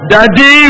Daddy